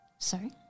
Sorry